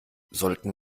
sollten